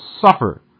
suffer